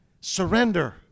Surrender